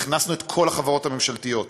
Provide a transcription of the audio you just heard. והכנסנו את כל החברות הממשלתיות.